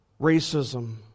racism